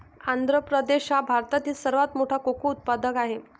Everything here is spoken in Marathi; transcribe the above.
आंध्र प्रदेश हा भारतातील सर्वात मोठा कोको उत्पादक आहे